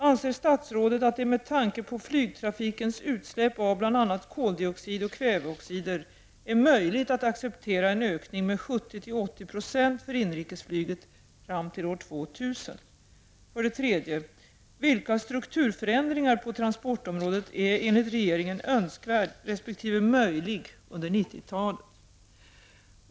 Anser statsrådet att det med tanke på flygtrafikens utsläpp av bl.a. koldioxid och kväveoxider är möjligt att acceptera en ökning med 70—80 Fo för inrikesflyget fram till år 2000? 3. Vilken strukturförändring på transportområdet är enligt regeringen önskvärd resp. möjlig under 90-talet?